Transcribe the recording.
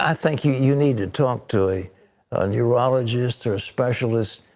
i think you you need to talk to a neurologist or specialist.